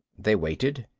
they waited.